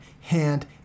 hand